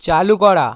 চালু করা